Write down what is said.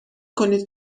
کنید